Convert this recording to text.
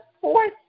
fourth